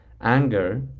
anger